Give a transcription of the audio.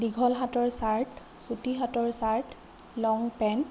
দীঘল হাতৰ চাৰ্ট ছুটী হাতৰ চাৰ্ট লং পেন্ট